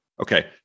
Okay